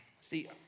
See